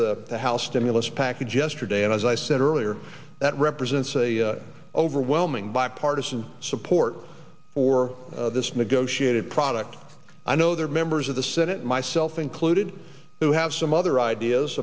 the the house stimulus package yesterday and as i said earlier that represents a overwhelming bipartisan support for this negotiated product i know there are members of the senate myself included who have some other